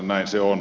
näin se on